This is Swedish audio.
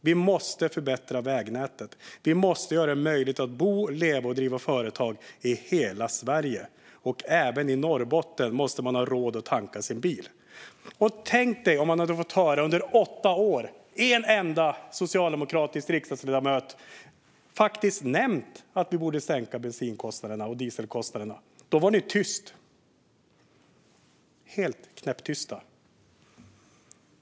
Vi måste förbättra vägnätet. Vi måste göra det möjligt att bo, leva och driva företag i hela Sverige. Även i Norrbotten måste man ha råd att tanka sin bil. Tänk om man under åtta år hade fått höra en enda socialdemokratisk riksdagsledamot säga att vi faktiskt borde sänka bensin och dieselkostnaderna! Men ni var tysta då. Ni var helt knäpptysta.